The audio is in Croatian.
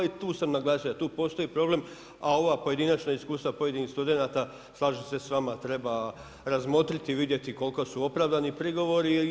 I tu sam naglasio da tu postoj problem, a ova pojedinačna iskustva pojedinih studenata slažem se sa vama treba razmotriti, vidjeti koliko su opravdani prigovori.